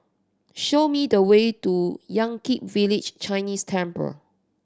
show me the way to Yan Kit Village Chinese Temple